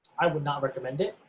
i would not recommend it